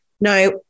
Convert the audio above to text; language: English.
Now